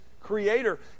creator